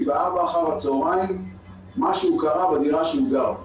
ב-16:00 אחר הצהריים משהו קרה בדירה שהוא גר בה,